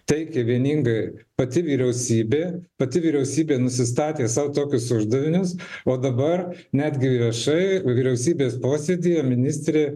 teikė vieningai pati vyriausybė pati vyriausybė nusistatė sau tokius uždavinius o dabar netgi viešai vyriausybės posėdyje ministrė